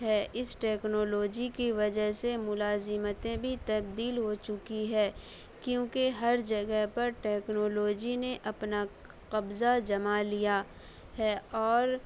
ہے اس ٹیکنالوجی کی وجہ سے ملازمتیں بھی تبدیل ہو چکی ہے کیوںکہ ہر جگہ پر ٹیکنالوجی نے اپنا قبضہ جما لیا ہے اور